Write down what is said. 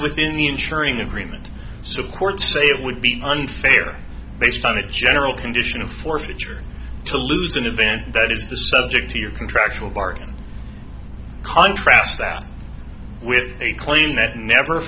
within the ensuring agreement so courts say it would be unfair based on a general condition of forfeiture to lose an event that is the subject to your contractual bargain contrast that with a claim that never